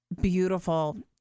beautiful